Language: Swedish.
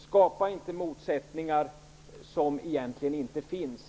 Skapa inte motsättningar som egentligen inte finns!